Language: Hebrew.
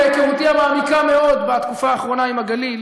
מהיכרותי המעמיקה מאוד בתקופה האחרונה עם הגליל,